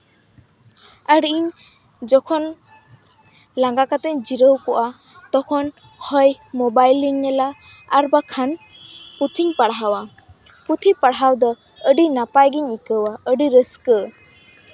ᱟᱨ ᱤᱧ ᱡᱚᱠᱷᱚᱱ ᱞᱟᱸᱜᱟ ᱠᱟᱛᱮᱧ ᱡᱤᱨᱟᱹᱣ ᱠᱚᱜᱼᱟ ᱛᱚᱠᱷᱚᱱ ᱦᱚᱭ ᱢᱳᱵᱟᱭᱤᱞᱤᱧ ᱧᱮᱞᱟ ᱟᱨ ᱵᱟᱠᱷᱟᱱ ᱯᱩᱛᱷᱤᱧ ᱯᱟᱲᱦᱟᱣᱟ ᱯᱩᱛᱷᱤ ᱯᱟᱲᱦᱟᱣ ᱫᱚ ᱟᱹᱰᱤ ᱱᱟᱯᱟᱭ ᱜᱤᱧ ᱟᱹᱭᱠᱟᱹᱣᱟ ᱟᱹᱰᱤ ᱨᱟᱹᱥᱠᱟᱹ